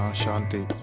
shanti.